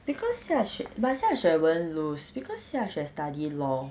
because xia xue but xia xue won't lose because xia xue study law